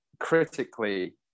Critically